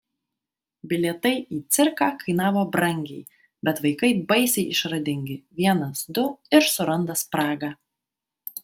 bilietai į cirką kainavo brangiai bet vaikai baisiai išradingi vienas du ir suranda spragą